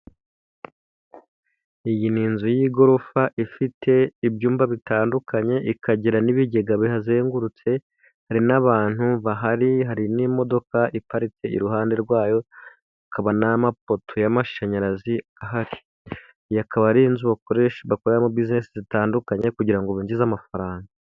Iyi ni inzu y'igorofa ifite ibyumba bitandukanye, ikagira n'ibigega bihazengurutse, hari n'abantu bahari, hari n'imodoka iparitse iruhande rwayo, hakaba n'amapoto y'amashanyarazi ahari. Iyi akaba ari inzu bakoresha bakoreramo businesi zitandukanye kugira binjize amafaranga.